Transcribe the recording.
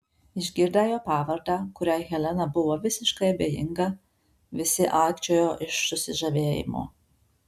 išgirdę jo pavardę kuriai helena buvo visiškai abejinga visi aikčiojo iš susižavėjimo